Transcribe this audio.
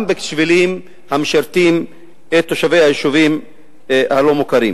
בשבילים המשרתים את תושבי היישובים הלא-מוכרים.